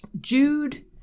Jude